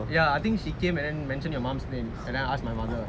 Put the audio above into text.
ya I think she came and then mentioned your mom's name and then I ask my mother